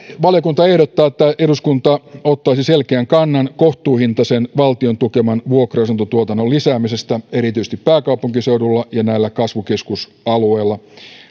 valiokunta ehdottaa että eduskunta ottaisi selkeän kannan kohtuuhintaisen valtion tukeman vuokra asuntotuotannon lisäämisestä erityisesti pääkaupunkiseudulla ja näillä kasvukeskusalueilla